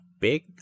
big